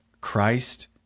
Christ